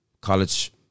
college